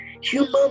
human